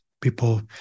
People